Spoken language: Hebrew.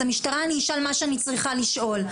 את המשטרה אני אשאל מה שאני צריכה לשאול.